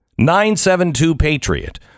972-PATRIOT